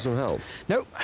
so help? no.